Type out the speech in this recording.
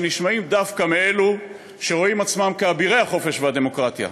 שנשמעים דווקא מאלו שרואים עצמם כאבירי חופש הביטוי והדמוקרטיה.